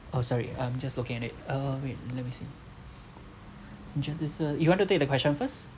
oh sorry I'm just looking at it uh wait let me see just this uh you want to take the question first